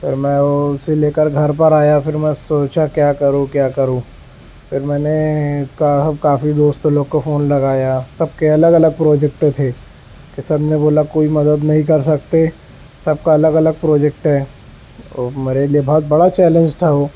پھر میں اسے لے کر گھر پر آیا پھر میں سوچا کیا کروں کیا کروں پھر میں نے کا کافی دوستوں لوگوں کو فون لگایا سب کے الگ الگ پروجیکٹ تھے کہ سب نے بولا کوئی مدد نہیں کر سکتے سب کا الگ الگ پروجیکٹ ہے میرے لیے بہت بڑا چیلینج تھا وہ